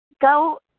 go